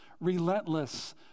relentless